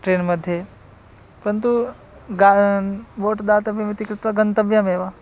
train मध्ये परन्तु गान् वोट् दातव्यम् इति कृत्वा गन्तव्यमेव